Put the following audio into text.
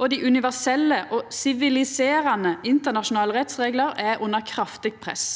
og dei universelle og siviliserande internasjonale rettsreglane er under kraftig press.